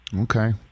Okay